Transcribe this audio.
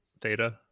Theta